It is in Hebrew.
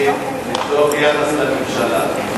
אני, מתוך יחס לממשלה,